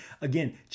again